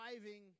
driving